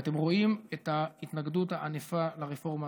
אתם רואים את ההתנגדות הענפה לרפורמה